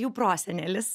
jų prosenelis